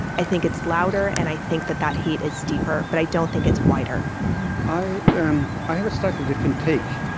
i think it's louder, and i think that that hate is deeper, but i don't think it's wider i um i have a slightly different take.